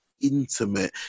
intimate